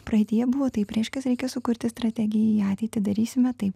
praeityje buvo taip reiškias reikia sukurti strategiją į ateitį darysime taip